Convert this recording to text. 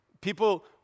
people